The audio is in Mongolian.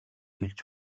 хэлж